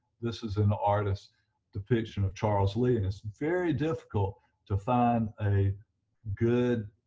this is an artist's depiction of charles lee and it's very difficult to find a good